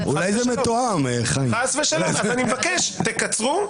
אני מבקש שתקצרו,